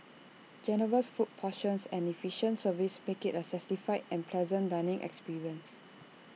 generous food portions and efficient service make IT A satisfied and pleasant dining experience